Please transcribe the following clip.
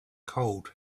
cold